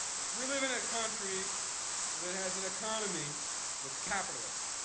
we live in a country that has an economy that's capitalist.